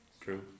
True